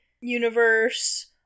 universe